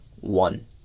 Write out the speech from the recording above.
one